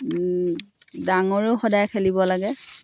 ডাঙৰেও সদায় খেলিব লাগে